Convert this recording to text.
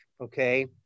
okay